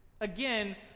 again